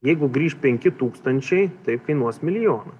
jeigu grįš penki tūkstančiai tai kainuos milijoną